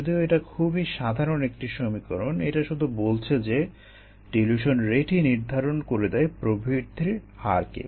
যদিও এটা খুবই সাধারণ একটি সমীকরণ এটা শুধু বলেছে যে ডিলিউশন রেটই নির্ধারণ করে দেয় প্রবৃদ্ধির হারকে